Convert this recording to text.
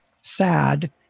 sad